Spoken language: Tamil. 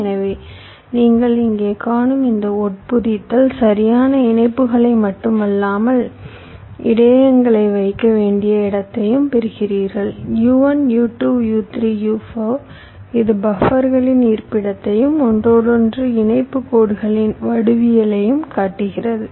எனவே நீங்கள் இங்கே காணும் இந்த உட்பொதித்தல் சரியான இணைப்புகளை மட்டுமல்லாமல் இடையகங்களை வைக்க வேண்டிய இடத்தையும் பெறுகிறீர்கள் U1 U2 U3 U4 இது பஃப்பர்களின் இருப்பிடத்தையும் ஒன்றோடொன்று இணைப்புக் கோடுகளின் வடிவியலையும் காட்டுகிறது